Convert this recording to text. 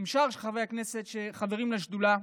עם שאר חברי הכנסת שחברים לשדולה,